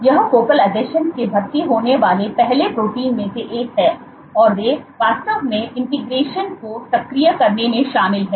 यह फोकल आसंजन में भर्ती होने वाले पहले प्रोटीन में से एक है और वे वास्तव में इंटीग्रेशन को सक्रिय करने में शामिल हैं